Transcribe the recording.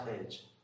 age